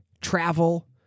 travel